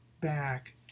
back